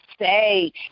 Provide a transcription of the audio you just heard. say